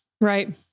Right